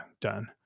done